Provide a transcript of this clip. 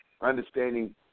understanding